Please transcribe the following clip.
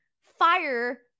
fire